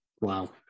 Wow